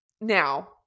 now